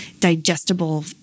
digestible